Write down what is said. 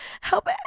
help